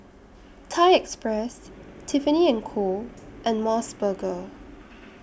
Thai Express Tiffany and Co and Mos Burger